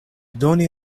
doni